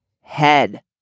head